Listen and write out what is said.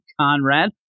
Conrad